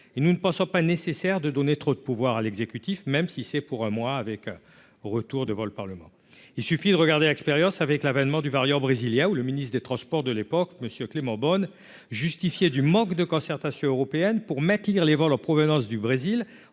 nous ne pensons pas nécessaire de donner trop de pouvoirs à l'exécutif, même si c'est pour un mois, avec retour de vol, Parlement, il suffit de regarder l'expérience avec l'avènement du variant brésilien ou le ministre des Transports de l'époque Monsieur Clément Beaune justifier du manque de concertation européenne pour m'attire les vols en provenance du Brésil,